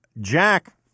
Jack